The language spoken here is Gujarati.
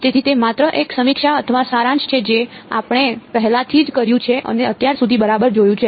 તેથી તે માત્ર એક સમીક્ષા અથવા સારાંશ છે જે આપણે પહેલાથી જ કર્યું છે અને અત્યાર સુધી બરાબર જોયું છે